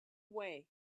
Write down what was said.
way